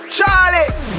Charlie